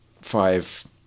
five